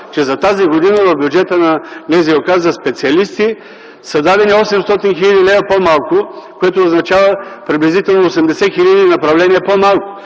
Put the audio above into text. че за тази година в бюджета на НЗОК за специалисти са дадени 800 хил. лв. по-малко, което означава приблизително 80 хиляди направления по-малко